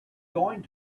going